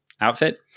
outfit